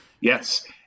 Yes